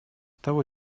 того